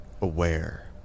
aware